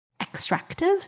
extractive